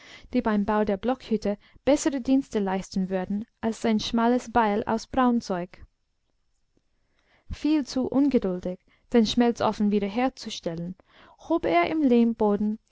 die beim bau der blockhütte bessere dienste leisten würden als sein schmales beil aus braunzeug viel zu ungeduldig den schmelzofen wiederherzustellen hob er im lehmboden